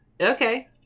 okay